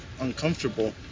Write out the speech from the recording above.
uncomfortable